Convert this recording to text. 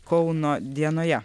kauno dienoje